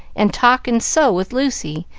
and talk and sew with lucy,